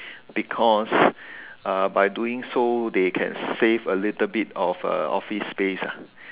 because uh by doing so they can save a little bit of uh office space ah